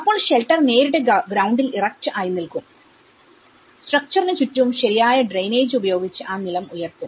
അപ്പോൾ ഷെൽട്ടർ നേരിട്ട് ഗ്രൌണ്ടിൽ ഇറക്റ്റ് ആയി നിൽക്കും സ്ട്രക്ച്ചറിന് ചുറ്റും ശരിയായ ഡ്രൈനേജ്ഉപയോഗിച്ച് ആ നിലം ഉയർത്തും